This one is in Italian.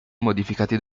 modificati